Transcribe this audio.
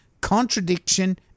contradiction